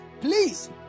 Please